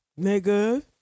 Nigga